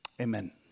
amen